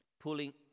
pulling